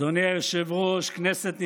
אדוני היושב-ראש, כנסת נכבדה,